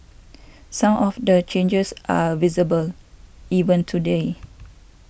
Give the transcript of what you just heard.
some of the changes are visible even today